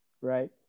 right